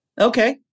Okay